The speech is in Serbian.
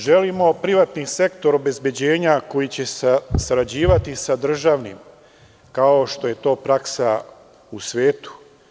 Želimo privatni sektor obezbeđenja koji će sarađivati sa državnim, kao što je to praksa u svetu.